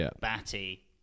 Batty